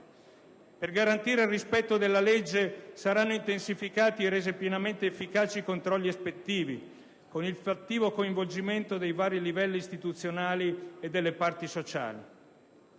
Per garantire il rispetto della legge saranno intensificati e resi pienamente efficaci i controlli ispettivi, con il fattivo coinvolgimento dei vari livelli istituzionali e delle parti sociali.